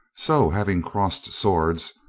so, having crossed swords,